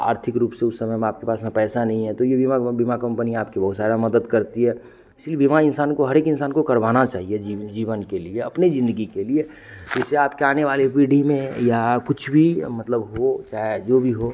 आर्थिक रूप से उस समय में आपके पास में पैसा नहीं है तो यह बीमा बीमा कंपनि आपकी बहुत सारी मदद करती है इसीलिए बीमा इंसान को हर एक इंसान को करवाना चाहिए जी जीवन के लिए अपने ज़िंदगी के लिए जैसे आपके आने वाली पीढ़ी में या कुछ भी मतलब हो चाहे जो भी हो